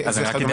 וכדומה?